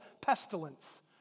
Pestilence